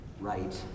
right